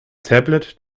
tablet